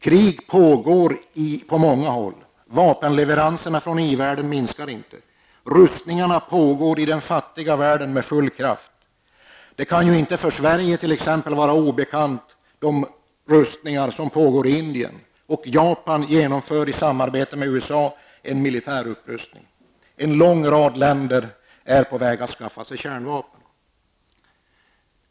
Krig pågår på många håll. Vapenleveranserna från i-världen minskar inte. Rustningarna pågår med full kraft i den fattiga världen. Det kan för Sverige inte vara obekant att det pågår rustningar i Indien. I samarbete med USA genomförs i Japan en militär upprustning. En lång rad länder är på väg att skaffa sig kärnvapen.